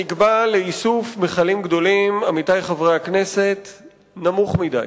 היעד שנקבע לאיסוף מכלים גדולים נמוך מדי.